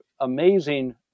amazing